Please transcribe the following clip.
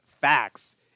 facts